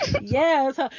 Yes